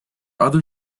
other